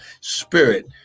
spirit